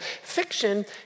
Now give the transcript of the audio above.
Fiction